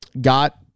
Got